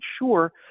sure